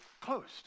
closed